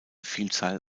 vielzahl